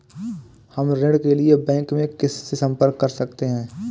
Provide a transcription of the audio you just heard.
हम ऋण के लिए बैंक में किससे संपर्क कर सकते हैं?